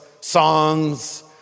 songs